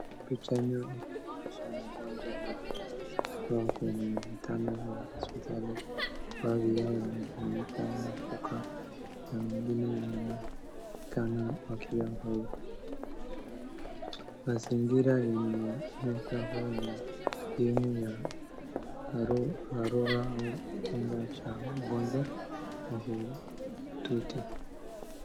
Picha inaonyesha wagonjwa waliokaa kwenye vitanda vya hospitali, baadhi yao wamefunikwa mashuka na wengine wanaonekana wakiwa hoi, mazingira yaliyoonyeshwa huu ni sehemu ya dharura au chumba cha wagonjwa mahututi.